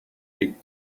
big